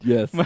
Yes